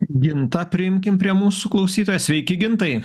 gintą priimkim prie mūsų klausytoją sveiki gintai